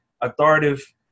authoritative